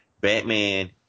Batman